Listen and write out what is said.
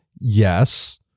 yes